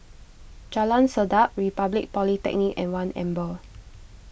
Jalan Sedap Republic Polytechnic and one Amber